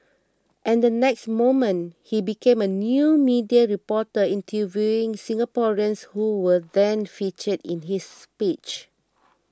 and the next moment he became a new media reporter interviewing Singaporeans who were then featured in his speech